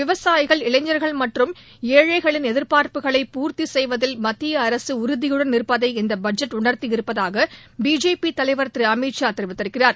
விவசாயிகள் இளைஞர்கள் மற்றும் ஏழைகளின் எதிர்பார்ப்புகளை பூர்த்தி செய்வதில் மத்திய அரசு உறுதிபுடன் இருப்பதை இந்த பட்ஜெட் உணர்த்தியிருப்பதாக பிஜேபி தலைவர் திரு அமித்ஷா கூறியிருக்கிறார்